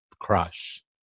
crush